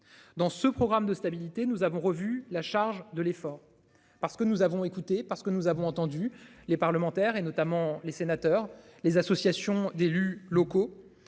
Dans ce programme de stabilité. Nous avons revu la charge de l'effort parce que nous avons écouté parce que nous avons entendu les parlementaires et notamment les sénateurs. Les associations d'élus locaux.